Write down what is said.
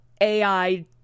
AI